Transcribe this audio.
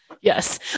Yes